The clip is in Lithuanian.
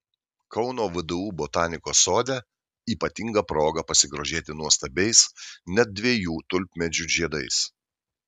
kauno vdu botanikos sode ypatinga proga pasigrožėti nuostabiais net dviejų tulpmedžių žiedais